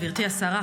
גברתי השרה,